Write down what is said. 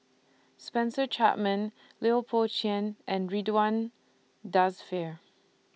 Spencer Chapman Lui Pao Chuen and Ridzwan Dzafir